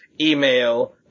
email